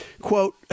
quote